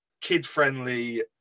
kid-friendly